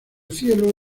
cielo